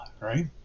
right